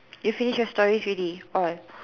you finish your stories already all